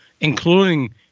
including